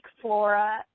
flora